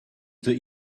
that